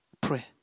Pray